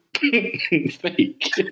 fake